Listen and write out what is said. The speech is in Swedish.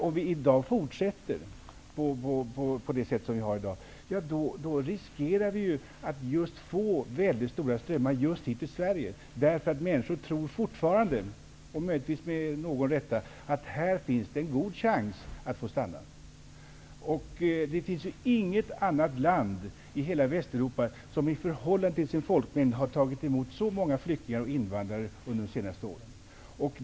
Om vi fortsätter på samma sätt som i dag, riskerar vi ju att väldigt stora strömmar kommer just till Sverige, därför att människor fortfarande tror -- möjligtvis med rätta -- att här finns en god chans att få stanna. Det finns inget annat land i hela Västeuropa som i förhållande till sin folkmängd har tagit emot så många flyktingar och invandrare under de senaste åren.